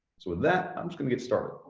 so with that, i'm just gonna get started.